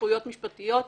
זכויות משפטיות וכדומה.